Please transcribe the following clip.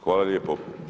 Hvala lijepo.